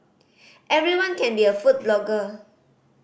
everyone can be a food blogger